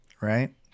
right